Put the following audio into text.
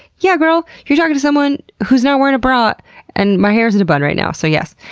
yeah, girl! you're talking to someone who's not wearing a bra and my hair is in a bun right now. so, yes!